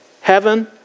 Heaven